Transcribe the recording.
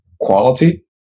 quality